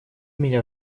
меня